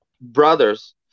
brothers